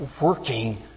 working